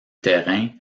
terrain